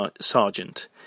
sergeant